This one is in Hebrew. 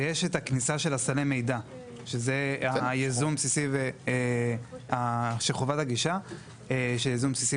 ויש את הכניסה של סל מידע שזה הייזום בסיסי וחובת הגישה של ייזום בסיסי